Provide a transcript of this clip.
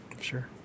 Sure